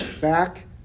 back